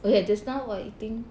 oh ya just now while eating